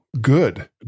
good